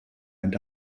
einen